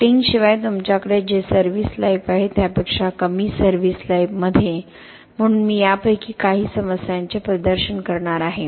कोटिंगशिवाय तुमच्याकडे जे service life आहे त्यापेक्षा कमी सर्व्हिस लाईफ मध्ये म्हणून मी यापैकी काही समस्यांचे प्रदर्शन करणार आहे